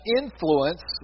influence